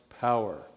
power